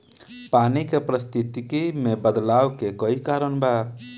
पानी के परिस्थिति में बदलाव के कई कारण बा